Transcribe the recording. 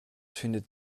findet